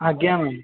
ଆଜ୍ଞା ମ୍ୟାମ୍